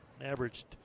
Averaged